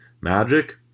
Magic